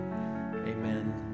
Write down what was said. amen